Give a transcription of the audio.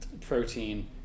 protein